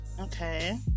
okay